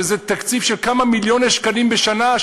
שזה תקציב של כמה מיליוני שקלים בשנה,